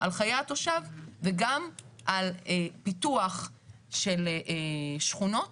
על חיי התושב וגם על פיתוח של שכונות